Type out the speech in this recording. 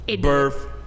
birth